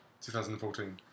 2014